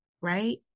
right